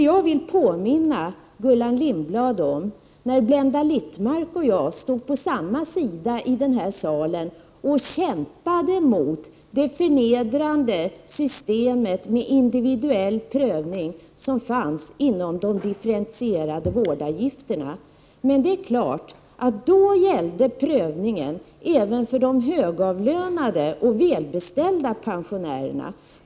Jag vill påminna Gullan Lindblad om när Blenda Littmarck och jag stod på samma sida och kämpade mot det förnedrande systemet med individuell prövning inom ramen för de differentierade vårdavgifterna. Men då gällde naturligtvis prövningen även de högavlönade och välbeställda pensionärerna.